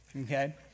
Okay